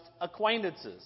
acquaintances